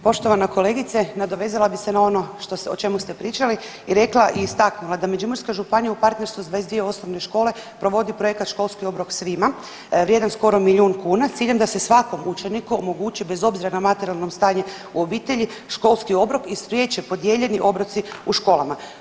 Poštovana kolegice nadovezala bih se na ono o čemu ste pričali i rekla i istaknula da Međimurska županija u partnerstvu sa 22 osnovne škole provodi projekat „Školski obrok svima“ vrijedan skoro milijun kuna s ciljem da se svakom učeniku omogući bez obzira na materijalno stanje u obitelji školski obrok i spriječe podijeljeni obroci u školama.